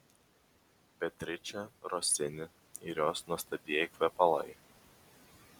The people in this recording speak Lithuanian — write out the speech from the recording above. beatričė rosini ir jos nuostabieji kvepalai